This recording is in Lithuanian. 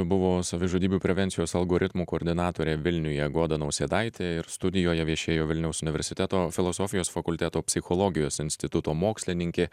buvo savižudybių prevencijos algoritmų koordinatorė vilniuje goda nausėdaitė ir studijoje viešėjo vilniaus universiteto filosofijos fakulteto psichologijos instituto mokslininkė